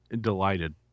delighted